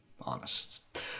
honest